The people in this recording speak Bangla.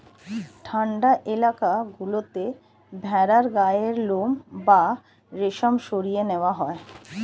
ঠান্ডা এলাকা গুলোতে ভেড়ার গায়ের লোম বা রেশম সরিয়ে নেওয়া হয়